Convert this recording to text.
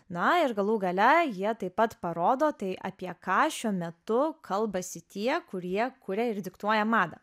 na ir galų gale jie taip pat parodo tai apie ką šiuo metu kalbasi tie kurie kuria ir diktuoja madą